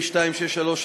התשע"ו 2016,